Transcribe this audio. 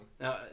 Now